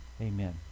Amen